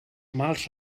mals